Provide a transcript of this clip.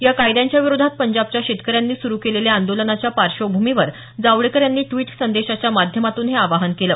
या कायद्यांच्या विरोधात पंजाबच्या शेतकर्यांनी सुरु केलेल्या आंदोलनाच्या पार्श्वभूमीवर जावडकेर यांनी ड्विट संदेशाच्या माध्यमातून हे आवाहन केलं